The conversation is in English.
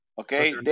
Okay